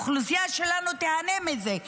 האוכלוסייה שלנו תיהנה מזה,